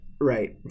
Right